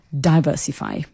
diversify